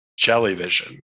jellyvision